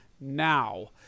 now